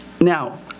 Now